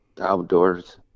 outdoors